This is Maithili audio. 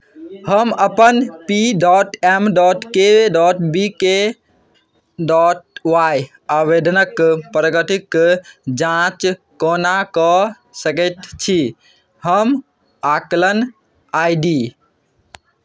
हम अपन P dot M dot K dot B K dot Y आवेदनक प्रगतिक जाँच कोना कऽ सकैत छी हम आकलन आइ डी